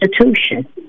institution